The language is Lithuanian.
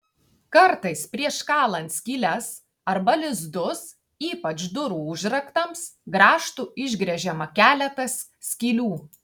kartais prieš kalant skyles arba lizdus ypač durų užraktams grąžtu išgręžiama keletas skylių